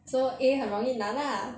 so A 很容易拿 lah